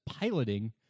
piloting